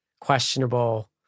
questionable